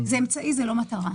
זה אמצעי, לא מטרה.